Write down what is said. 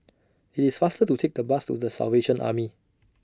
IT IS faster to Take The Bus to The Salvation Army